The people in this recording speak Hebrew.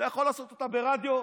אתה יכול לעשות אותה ברמקול,